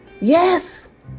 Yes